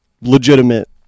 legitimate